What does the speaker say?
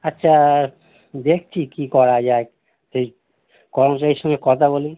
আচ্ছা দেখছি কী করা যায় ঠিক কর্মচারীর সঙ্গে কথা বলি